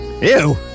Ew